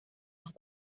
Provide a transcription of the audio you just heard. más